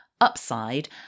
Upside